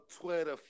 Twitter